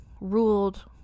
ruled